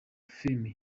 film